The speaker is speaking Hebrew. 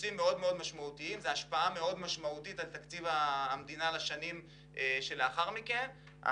מדובר בהשפעה משמעותית על תקציב המדינה בשנים שלאחר מכן.